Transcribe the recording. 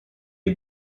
les